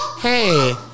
hey